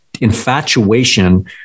infatuation